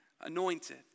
anointed